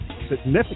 significant